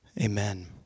Amen